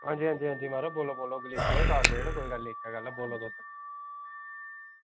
आं जी आं जी म्हाराज बोल्लो बोल्लो गलीचे कॉरपेट बोल्लो बोल्लो